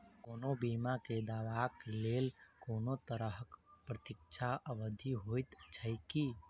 कोनो बीमा केँ दावाक लेल कोनों तरहक प्रतीक्षा अवधि होइत छैक की?